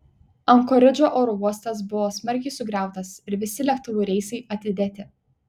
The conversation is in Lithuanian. ankoridžo oro uostas buvo smarkiai sugriautas ir visi lėktuvų reisai atidėti